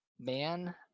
Man